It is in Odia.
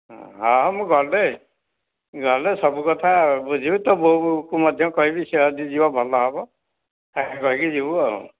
ହଁ ମୁ ଗଲେ ଗଲେ ସବୁକଥା ବୁଝିବି ତୋ ବୋଉକୁ ମଧ୍ୟ କହିବି ସେ ଯଦି ଯିବ ଭଲ ହେବ ସାଙ୍ଗ ହୋଇକି ଯିବୁ ଆଉ